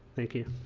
thank you.